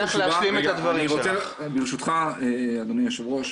ברשותך אדוני היו"ר,